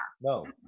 No